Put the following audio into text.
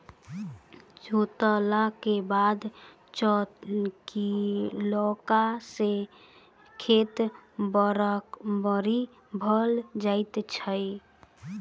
जोतलाक बाद चौकियेला सॅ खेत बराबरि भ जाइत छै